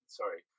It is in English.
sorry